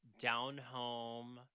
down-home